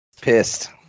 Pissed